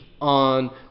on